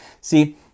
See